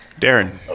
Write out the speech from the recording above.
Darren